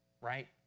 right